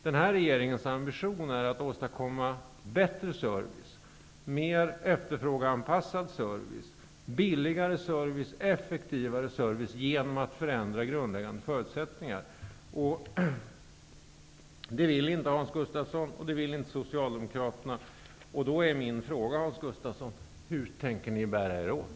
Den här regeringens ambition är att åstadkomma bättre, mer efterfrågeanpassad, billigare och effektivare service med hjälp av en förändring av de grundläggande förutsättningarna. Det vill inte Hans Gustafsson eller Hur tänker ni bära er åt?